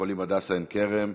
בבית-החולים "הדסה עין-כרם"